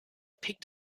picked